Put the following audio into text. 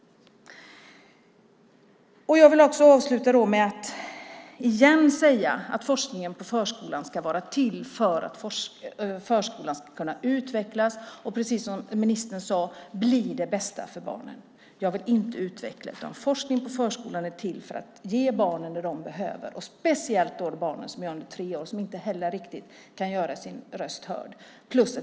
Jag vill återigen säga att forskningen på förskolan ska vara till för att förskolan ska kunna utvecklas och, precis som ministern sade, bli det bästa för barnen. Forskning om förskolan är till för att ge barnen vad de behöver. Det gäller speciellt de barn som är under tre år och som inte riktigt kan göra sin röst hörd.